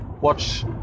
watch